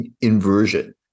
inversion